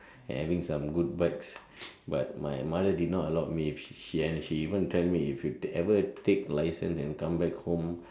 having some good bikes but my mother did not allowed me she and she even tell me if you take ever take license and come home